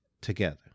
together